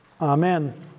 Amen